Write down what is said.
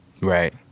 Right